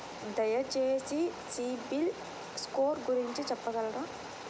దయచేసి సిబిల్ స్కోర్ గురించి చెప్పగలరా?